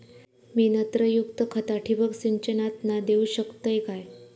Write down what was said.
मी नत्रयुक्त खता ठिबक सिंचनातना देऊ शकतय काय?